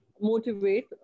motivate